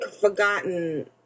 forgotten